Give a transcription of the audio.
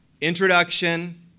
introduction